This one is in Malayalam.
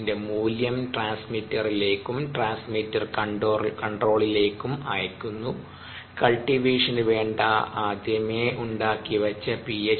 എച്ചിന്റെ മൂല്യം ട്രാൻസ്മിറ്ററിലേക്കും ട്രാൻസ്മിറ്റർ കൺട്രോളറിലേക്കും അയയ്ക്കുന്നു കൾടിവേഷന് വേണ്ട ആദ്യമേ ഉണ്ടാകി വച്ച പി